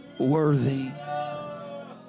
worthy